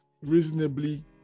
reasonably